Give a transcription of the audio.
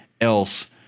else